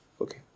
Okay